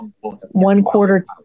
one-quarter